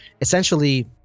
essentially